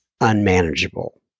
unmanageable